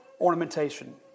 ornamentation